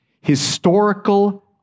historical